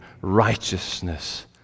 righteousness